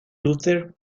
luther